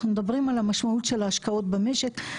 אנחנו מדברים על המשמעות של ההשקעות במשק.